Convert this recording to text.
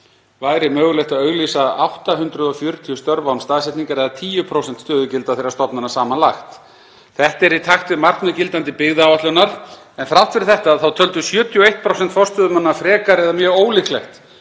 væri mögulegt að auglýsa 840 störf án staðsetningar eða 10% stöðugilda þeirra stofnana samanlagt. Þetta er í takt við markmið gildandi byggðaáætlunar en þrátt fyrir þetta töldu 71% forstöðumanna frekar eða mjög ólíklegt